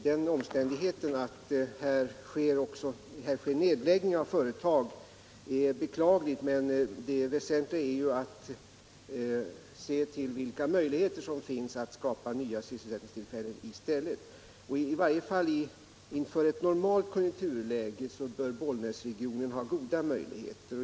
Den omständigheten att här sker nedläggningar av företag är beklaglig, men det väsentliga är ju att se till vilka möjligheter som finns att skapa nya sysselsättningstillfällen i stället. I varje fall inför ett normalt konjunkturläge bör Bollnäsregionen ha goda möjligheter.